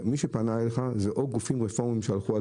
מי שפנה אליך זה או גופים רפורמים שהלכו על